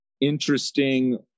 interesting